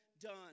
done